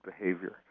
behavior